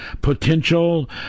potential